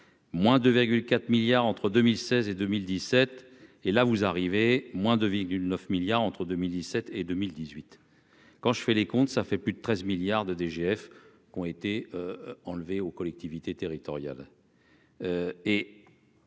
moins de 4 milliards entre 2016 et 2017 et là vous arrivez moins de du 9 milliards entre 2017 et 2018 quand je fais les comptes, ça fait plus de 13 milliards de DGF qu'ont été enlevés aux collectivités territoriales